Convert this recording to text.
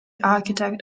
architect